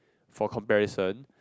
for comparison